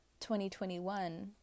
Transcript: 2021